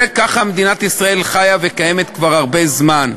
ככה מדינת ישראל חיה וקיימת כבר הרבה זמן.